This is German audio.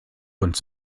uns